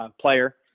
player